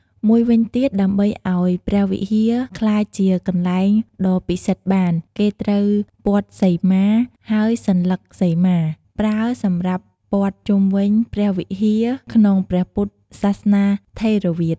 មួយវិញទៀត ដើម្បីឱ្យព្រះវិហារក្លាយជាកន្លែងដ៏ពិសិដ្ឋបាន គេត្រូវព័ទ្ធសីមា ហើយសន្លឹកសីមា ប្រើសម្រាប់ព័ន្ធជុំវិញព្រះវិហារ ក្នុងព្រះពុទ្ធសាសនាថេរវាទ។